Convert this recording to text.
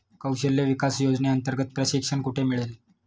कौशल्य विकास योजनेअंतर्गत प्रशिक्षण कुठे मिळेल?